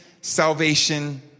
salvation